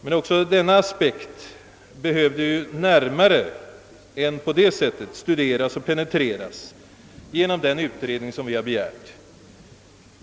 Men också den aspekten borde på ett bättre sätt än genom remissyttranden studeras och penetreras av den utredning som vi begärt.